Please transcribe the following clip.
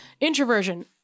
Introversion